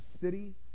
city